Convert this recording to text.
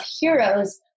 heroes